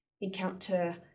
encounter